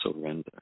surrender